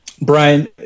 Brian